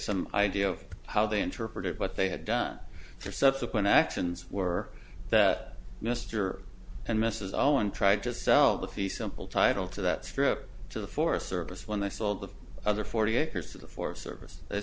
some idea of how they interpret it what they had done for subsequent actions were that mr and mrs owen tried to sell the fee simple title to that strip to the forest service when they sold the other forty acres of the forest service